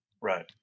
Right